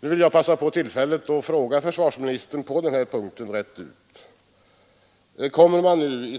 Jag vill ta tillfället i akt att rent ut fråga försvarsministern